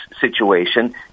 situation